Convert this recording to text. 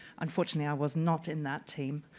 unfortunately, i was not in that team.